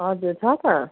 हजुर छ त